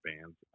bands